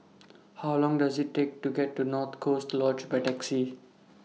How Long Does IT Take to get to North Coast Lodge By Taxi